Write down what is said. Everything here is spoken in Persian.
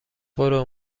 برو